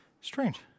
strange